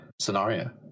scenario